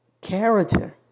character